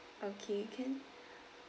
okay can